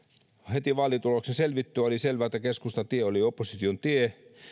heti vaalituloksen selvittyä oli selvää että keskustan tie oli opposition tie